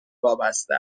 وابسته